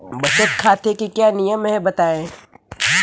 बचत खाते के क्या नियम हैं बताएँ?